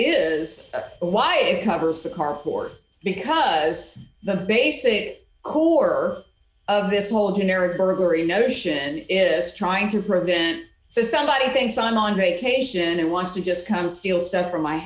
is why it covers that hardcore because the basic core of this whole generic burglary notion is trying to prevent somebody thinks i'm on vacation and wants to just come steal stuff from